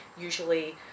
usually